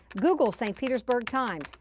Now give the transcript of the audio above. google st. petersburg times,